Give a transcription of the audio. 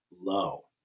low